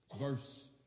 Verse